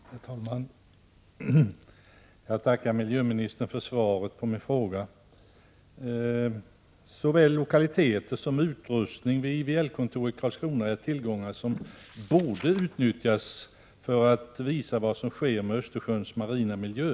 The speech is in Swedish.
Herr talman! Jag tackar miljöministern för svaret på min fråga. Såväl lokaliteter som utrustning vid IVL-kontoret i Karlskrona är tillgångar som borde utnyttjas för att visa vad som sker med Östersjöns marina miljö.